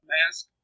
mask